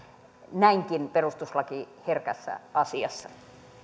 näinkin perustuslakiherkässä asiassa